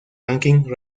ranking